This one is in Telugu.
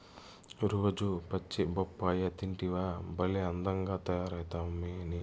రోజూ పచ్చి బొప్పాయి తింటివా భలే అందంగా తయారైతమ్మన్నీ